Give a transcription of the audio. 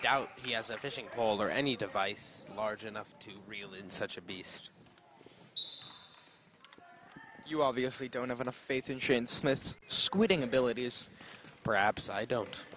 doubt he has a fishing pole or any device large enough to reel in such a beast you obviously don't have a faith in shane smith squinting ability is perhaps i don't